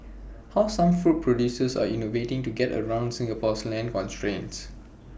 how some food producers are innovating to get around Singapore's land constraints